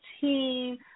team